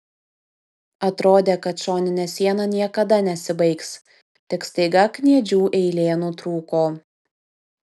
atrodė kad šoninė siena niekada nesibaigs tik staiga kniedžių eilė nutrūko